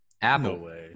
apple